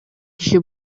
киши